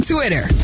Twitter